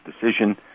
decision